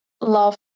love